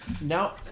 now